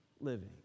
living